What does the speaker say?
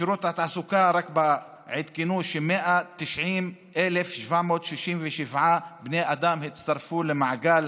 בשירות התעסוקה עדכנו ש-190,767 בני אדם הצטרפו למעגל